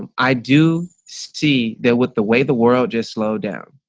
and i do see that with the way the world just slow down.